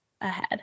ahead